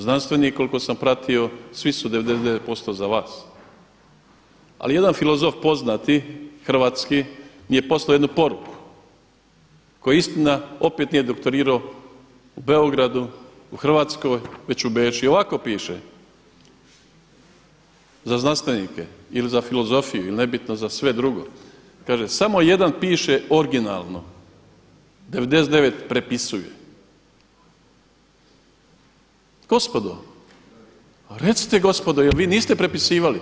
Znanstveni koliko sam pratio svi su 99% za vas ali jedan filozof poznati hrvatski je poslao jednu poruku koji istina opet nije doktorirao u Beogradu, u Hrvatskoj već u Beču, i ovako piše za znanstvenike ili za filozofiju ili nebitno za sve drugo, kaže: „Samo jedno piše originalno, 99 prepisuje.“ Gospodo, recite gospodo jel' vi niste prepisivali?